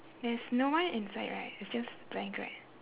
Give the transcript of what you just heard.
there's no one inside right it's just blank right